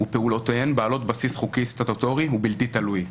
ופעולותיהן בעלות בסיס חוקי סטטוטורי ובלתי תלוי.